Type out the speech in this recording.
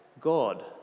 God